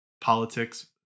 politics